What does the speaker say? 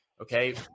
okay